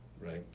right